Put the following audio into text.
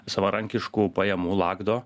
savarankiškų pajamų lagdo